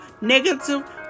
negative